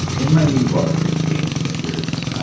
in my new book, game changers,